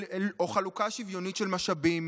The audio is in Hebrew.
או חלוקה שוויונית של משאבים.